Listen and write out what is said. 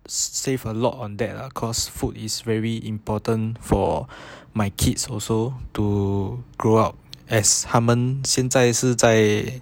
save a lot on that lah cause food is very important for my kids also to grow up as 他们现在是在